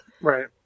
Right